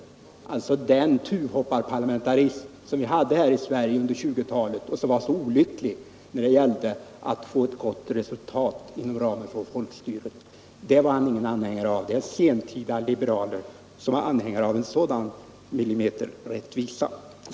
Det var alltså den ”tuvhopparparlamentarism” som vi hade här i landet under 1920-talet och som var så olycklig när det gällde att nå ett gott resultat inom ramen för folkstyret. Den var Karl Staaff ingen anhängare av. Det är sentida liberaler som varit anhängare av en sådan millimeterrättvisa.